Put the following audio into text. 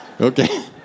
Okay